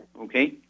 Okay